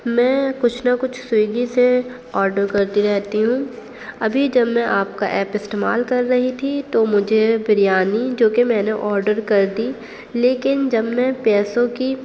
میں کچھ نہ کچھ سویگی سے آڈر کرتی رہتی ہوں ابھی جب میں آپ کا ایپ استعمال کر رہی تھی تو مجھے بریانی جوکہ میں نے آڈر کر دی لیکن جب میں پیسوں کی